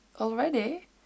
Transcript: already